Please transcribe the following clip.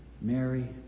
Mary